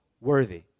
worthy